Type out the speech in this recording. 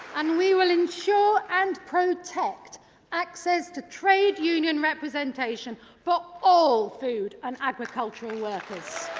and we will ensure and protect access to trade union representation for all food and agriculture workers.